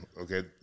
okay